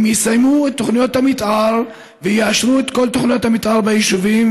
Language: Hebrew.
הם יסיימו את תוכניות המתאר ויאשרו את כל תוכניות המתאר ביישובים,